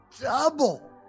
double